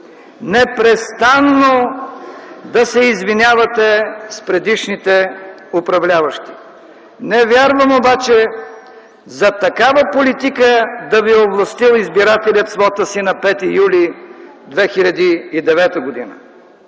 непрестанно да се извинявате с предишните управляващи. Не вярвам обаче за такава политика да ви е овластил избирателят с вота си на 5 юли 2009 г.